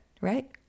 right